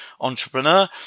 entrepreneur